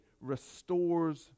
restores